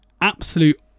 absolute